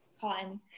cotton